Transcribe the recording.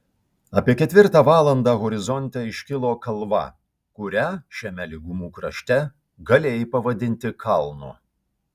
apie ketvirtą valandą horizonte iškilo kalva kurią šiame lygumų krašte galėjai pavadinti kalnu